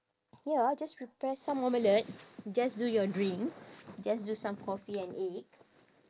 ya just prepare some omelette just do your drink just do some coffee and egg